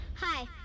Hi